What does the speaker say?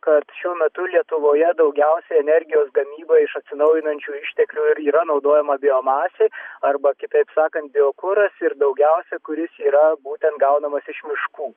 kad šiuo metu lietuvoje daugiausiai energijos gamybai iš atsinaujinančių išteklių ir yra naudojama biomasė arba kitaip sakant biokuras ir daugiausia kuris yra būtent gaunamas iš miškų